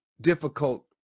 difficult